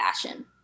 fashion